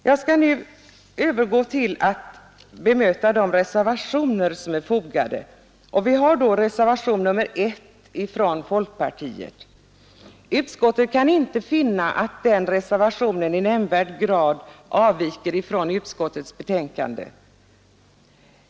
Jag kan nu övergå till att bemöta de reservationer som är avgivna. Beträffande reservationen 1 från folkpartiet kan utskottet inte finna att denna i nämnvärd grad avviker från utskottets betänkande.